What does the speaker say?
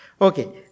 Okay